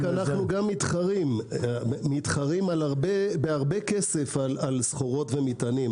אנחנו מתחרים בהרבה כסף על סחורות ומטענים.